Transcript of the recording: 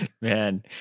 Man